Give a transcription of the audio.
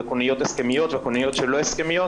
וכוננויות הסכמיות וכונניות שלא הסכמיות.